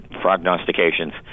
prognostications